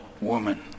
woman